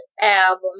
album